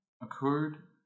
occurred